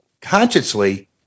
consciously